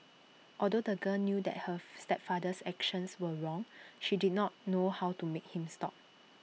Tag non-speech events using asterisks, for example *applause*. although the girl knew that her *noise* stepfather's actions were wrong she did not know how to make him stop